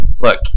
look